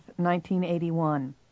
1981